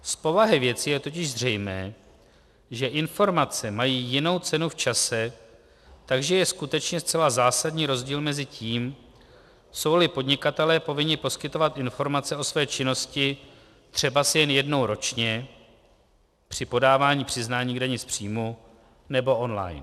Z povahy věci je totiž zřejmé, že informace mají jinou cenu v čase, takže je skutečně zcela zásadní rozdíl mezi tím, jsouli podnikatelé povinni poskytovat informace o své činnosti třeba jen jednou ročně, při podávání přiznání k dani z příjmu, nebo online.